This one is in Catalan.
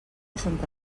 santa